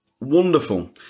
wonderful